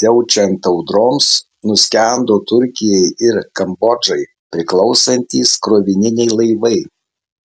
siaučiant audroms nuskendo turkijai ir kambodžai priklausantys krovininiai laivai